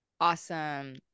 Awesome